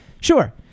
Sure